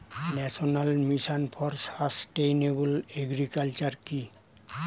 National mission for sustainable agriculture কি?